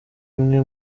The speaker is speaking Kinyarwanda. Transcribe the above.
imwe